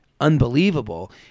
unbelievable